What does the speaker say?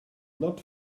not